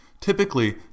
Typically